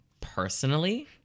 Personally